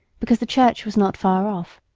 because the church was not far off.